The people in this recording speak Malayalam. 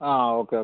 ആ ഓക്കെ ഓക്കെ